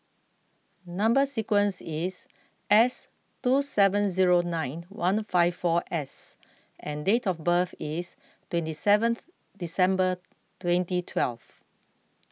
Number Sequence is S two seven zero nine one five four S and date of birth is twenty seventh December twenty twelve